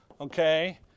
Okay